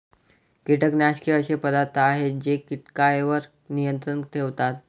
कीटकनाशके असे पदार्थ आहेत जे कीटकांवर नियंत्रण ठेवतात